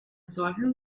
solchen